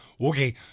Okay